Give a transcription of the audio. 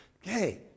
Hey